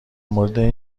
مورد